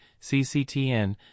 CCTN